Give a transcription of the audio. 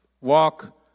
walk